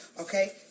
okay